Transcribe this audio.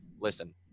listen